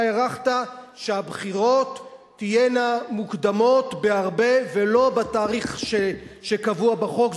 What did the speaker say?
אתה הערכת שהבחירות תהיינה מוקדמות בהרבה ולא בתאריך שקבוע בחוק,